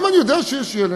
אם אני יודע שיש ילד,